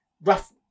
Rough